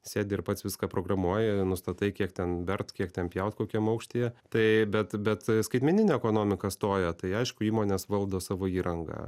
sėdi ir pats viską programuoji nustatai kiek ten vert kiek ten pjaut kokiam aukštyje tai bet bet skaitmeninė ekonomika stoja tai aišku įmonės valdo savo įrangą